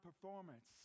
performance